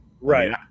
Right